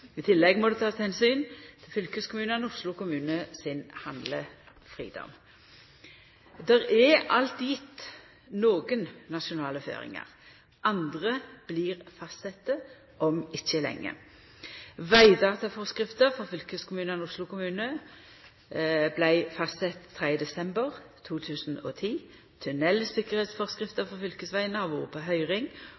I tillegg må det takast omsyn til fylkeskommunane og Oslo kommune sin handlefridom. Det er alt gjeve nokre nokre nasjonale føringar. Andre blir fastsette om ikkje lenge. Vegdataforskrifta for fylkeskommunane og Oslo kommune vart fastsett 3. desember 2010.